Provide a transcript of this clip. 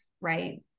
right